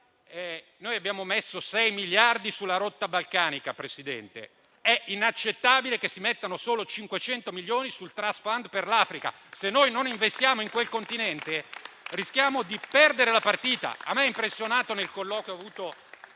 abbiamo messo 6 miliardi sulla rotta balcanica ed è inaccettabile che si mettano solo 500 milioni sul *trust fund* per l'Africa. Se non investiamo in quel Continente, rischiamo di perdere la partita. A me ha impressionato il colloquio avuto